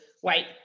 white